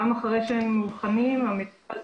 במידע הזה